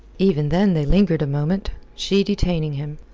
even then they lingered a moment, she detaining him.